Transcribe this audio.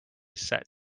set